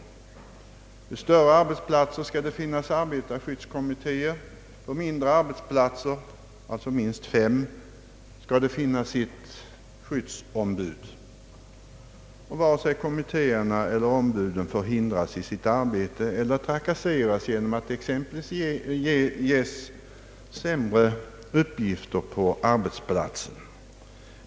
Vid större arbetsplatser skall det finnas arbetarskyddskommittéer och på mindre arbetsplatser, med minst fem anställda, skall det finnas ett skyddsombud. Kommittéerna eiler ombuden får icke hindras i sitt arbete eller trakasseras, exempelvis genom att ges sämre uppgifter på arbetsplatsen.